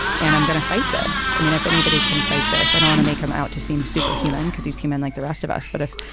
and i'm going to fight this. i mean, if anybody can fight this, and i want to make him out to seem a superhuman cause. he's human like the rest of us. but if.